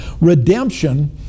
Redemption